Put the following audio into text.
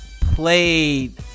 played